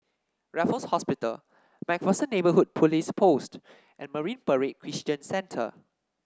Raffles Hospital MacPherson Neighbourhood Police Post and Marine Parade Christian Centre